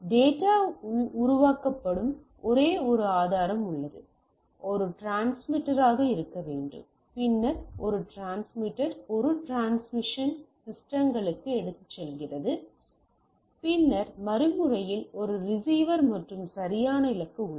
data உருவாக்கப்படும் ஒரு ஆதாரம் உள்ளது ஒரு டிரான்ஸ்மிட்டராக இருக்க வேண்டும் பின்னர் ஒரு டிரான்ஸ்மிட்டர் ஒரு டிரான்ஸ்மிஷன் சிஸ்டங்களுக்கு எடுத்துச் செல்கிறது பின்னர் மறுமுனையில் ஒரு ரிசீவர் மற்றும் சரியான இலக்கு உள்ளது